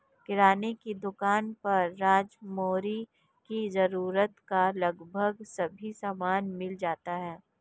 किराने की दुकान पर रोजमर्रा की जरूरत का लगभग सभी सामान मिल जाता है